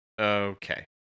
Okay